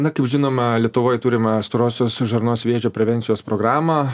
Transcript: na kaip žinoma lietuvoj turime storosios žarnos vėžio prevencijos programą